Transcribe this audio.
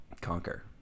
conquer